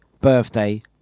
Birthday